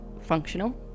functional